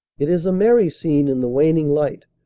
it is a merry scene in the waning light.